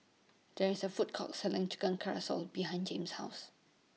There IS A Food Court Selling Chicken behind Jame's House